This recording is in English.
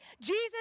Jesus